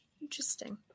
Interesting